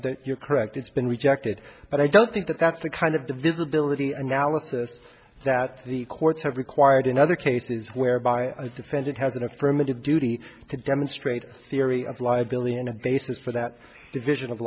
and you're correct it's been rejected but i don't think that that's the kind of the visibility analysis that the courts have required in other cases whereby a defendant has an affirmative duty to demonstrate a theory of liability and a basis for that division of